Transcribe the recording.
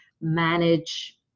manage